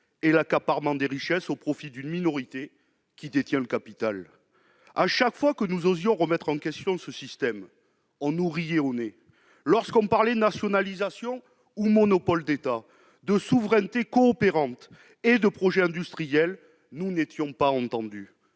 l'accaparement des richesses et des profits par la minorité qui détient le capital. Chaque fois que nous osions remettre en question ce système, on nous riait au nez. Lorsque nous parlions nationalisation ou monopoles d'État, souveraineté coopérante ou projets industriels, nous n'étions pas entendus.